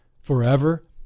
forever